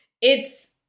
it's-